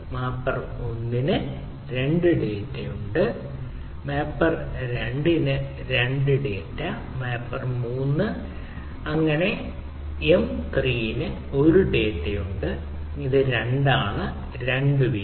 mapper 1 ന് 2 ഡാറ്റയുണ്ട് mapper 2 ന് 2 ഡാറ്റ മാപ്പർ 3 ഉണ്ട് എം 3 ന് 1 ഡാറ്റയുണ്ട് ഇത് 2 ആണ് 2 വീതം